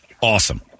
awesome